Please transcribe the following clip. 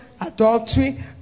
adultery